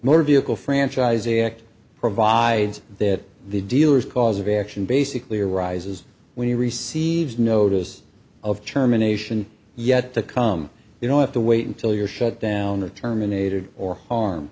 motor vehicle franchisee act provides that the dealers cause of action basically arises when he receives notice of terminations yet to come they don't have to wait until you're shut down or terminated or harm